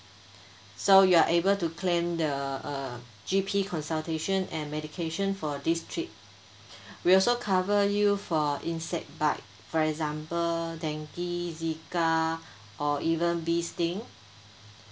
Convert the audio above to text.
so you are able to claim the uh G_P consultation and medication for this trip we also cover you for insect bite for example dengue zika or even bee sting